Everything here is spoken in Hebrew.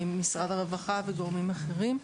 משרד הרווחה וגורמים אחרים.